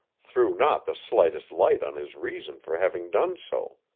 threw not the slightest light on his reason for having done so.